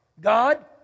God